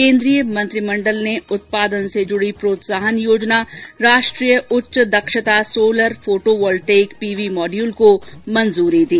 केंद्रीय मंत्रिमंडल ने उत्पादन से जुड़ी प्रोत्साहन योजना राष्ट्रीय उच्च दक्षता solar photovoltaic PV module कार्यक्रम को मंजूरी दी